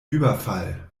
überfall